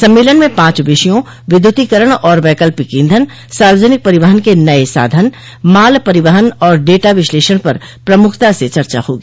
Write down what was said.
सम्मेलन में पांच विषयों विद्यूतीकरण और वैकल्पिक ईधन सार्वजनिक परिवहन के नये साधन माल परिवहन और डेटा विश्लेषण पर प्रमुखता से चर्चा होगी